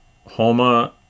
Homa